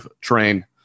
train